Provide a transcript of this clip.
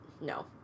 No